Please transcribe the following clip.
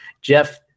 Jeff